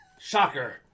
Shocker